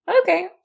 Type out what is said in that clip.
okay